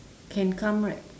can come right